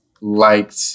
liked